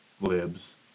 Libs